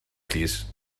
plîs